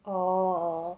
oh